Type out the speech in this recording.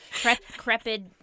crepid